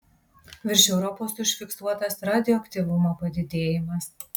virš europos užfiksuotas radioaktyvumo padidėjimas